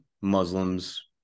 Muslims